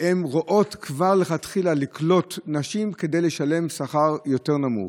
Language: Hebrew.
שהן רואות כבר לכתחילה לקלוט נשים כדי לשלם שכר יותר נמוך.